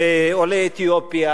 עולי אתיופיה,